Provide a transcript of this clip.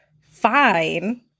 fine